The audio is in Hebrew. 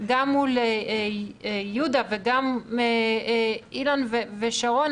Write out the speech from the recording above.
מול יהודה וגם עם אילן ושרונה,